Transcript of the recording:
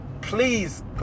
Please